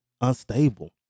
unstable